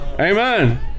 Amen